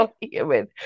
human